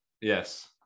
Yes